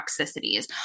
toxicities